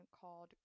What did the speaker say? called